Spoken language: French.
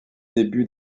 début